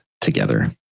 together